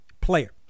player